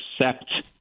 accept